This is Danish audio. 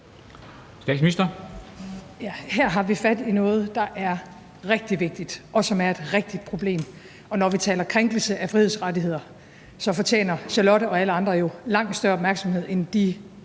Her har vi fat i noget, der er rigtig vigtigt, og som er et rigtigt problem. Og når vi taler om krænkelse af frihedsrettigheder, fortjener Charlotte og alle andre jo langt større opmærksomhed, end